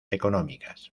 económicas